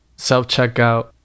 Self-checkout